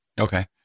Okay